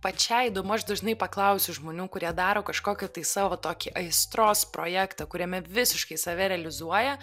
pačiai įdomu aš dažnai paklausiu žmonių kurie daro kažkokį tai savo tokį aistros projektą kuriame visiškai save realizuoja